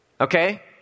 okay